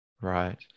Right